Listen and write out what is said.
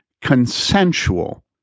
consensual